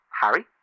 Harry